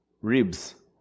ribs